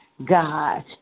God